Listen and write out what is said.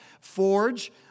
Forge